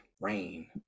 rain